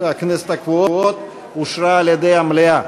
הכנסת הקבועות אושרה על-ידי המליאה.